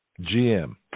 GM